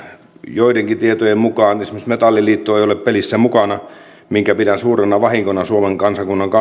joidenkin tietojen mukaan esimerkiksi metalliliitto ei ole pelissä mukana mitä pidän suurena vahinkona suomen kansakunnan kannalta